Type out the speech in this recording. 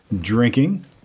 drinking